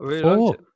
Four